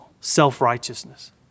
self-righteousness